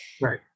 Right